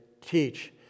teach